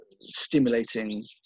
stimulating